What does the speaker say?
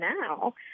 now